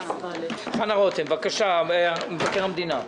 חנה רותם ממבקר המדינה.